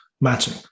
matching